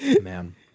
Man